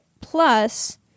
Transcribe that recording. plus